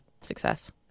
success